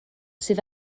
sydd